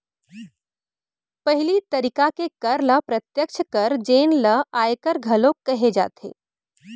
पहिली तरिका के कर ल प्रत्यक्छ कर जेन ल आयकर घलोक कहे जाथे